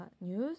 news